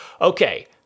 Okay